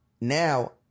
now